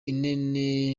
ine